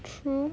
true